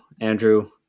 andrew